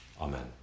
Amen